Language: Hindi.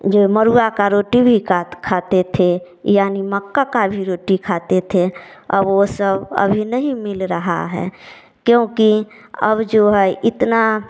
जो मरुआ का रोटी भी खात खाते थे यानी मक्का का भी रोटी कहते थे और वो सब अभी नहीं मिल रहा हैं क्योंकि अब जो है इतना